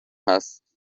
هست